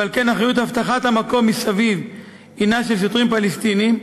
ועל כן אחריות אבטחת המקום מסביב היא של שוטרים פלסטינים.